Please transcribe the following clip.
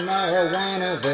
Marijuana